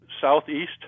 southeast